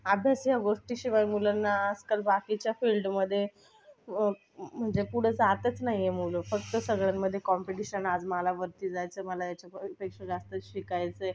अभ्यास या गोष्टीशिवाय मुलांना आजकाल बाकीच्या फील्डमध्ये म्हणजे पुढे जातच नाही आहे मुलं फक्त सगळ्यांमध्ये कॉम्पिटिशन आज मला वरती जायचं मला ह्याच्यापेक्षा जास्त शिकायचं आहे